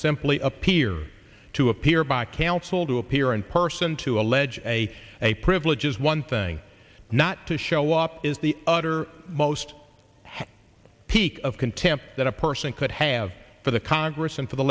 simply appear to appear by counsel to appear in person to allege a a privilege is one thing not to show up is the utter most peak of contempt that a person could have for the congress and for the